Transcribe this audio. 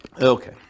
Okay